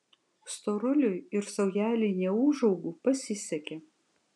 storuliui ir saujelei neūžaugų pasisekė